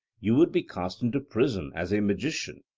you would be cast into prison as a magician.